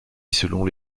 selon